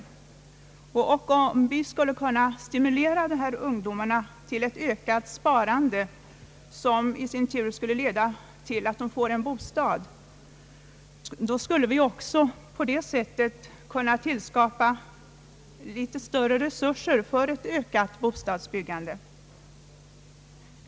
Om vi kunde stimulera dessa ungdomar till ett ökat sparande, som i sin tur skulle leda till att de får en bostad, skulle vi på det sättet kunna skapa större resurser för ett ökat bostadsbyggande.